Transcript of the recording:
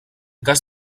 cas